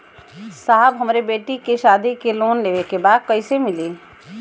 साहब हमरे बेटी के शादी बदे के लोन लेवे के बा कइसे मिलि?